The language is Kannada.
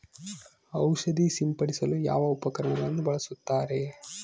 ಔಷಧಿ ಸಿಂಪಡಿಸಲು ಯಾವ ಉಪಕರಣ ಬಳಸುತ್ತಾರೆ?